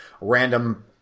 random